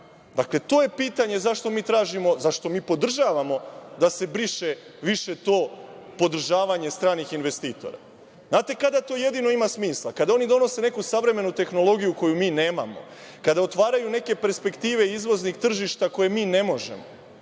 banke? Dakle, to je pitanje zašto mi podržavamo da se briše više to podržavanje stranih investitora. Znate kada to jedino ima smisla? Kada oni donose neku savremenu tehnologiju koju mi nemamo, kada otvaraju neke perspektive izvoznih tržišta koje mi ne možemo.